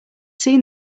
seen